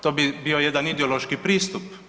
To bi bio jedan ideološki pristup.